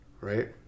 right